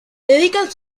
dedican